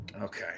Okay